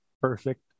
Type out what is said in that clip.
Perfect